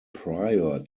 prior